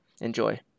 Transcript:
Enjoy